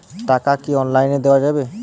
টাকা কি অনলাইনে দেওয়া যাবে?